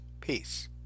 Peace